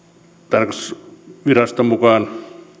tarkastusviraston mukaan